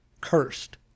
Cursed